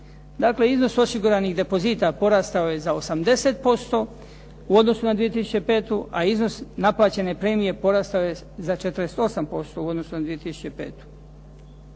Dakle, iznos osiguranih depozita porastao je za 80% u odnosu na 2005., a iznos naplaćene premije porastao je za 48% u odnosu na 2005.